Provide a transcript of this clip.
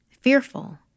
Fearful